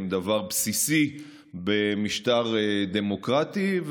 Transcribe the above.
דבר בסיסי במשטר דמוקרטי.